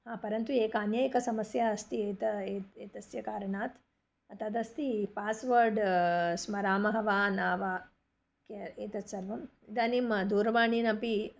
परन्तु एका अनेक समस्या अस्ति एत एत् एतस्य कारणात् तदस्ति पास्वर्ड् स्मरामः वा न वा क्या एतत् सर्वम् इदानीं दूरवाण्यामपि